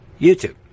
YouTube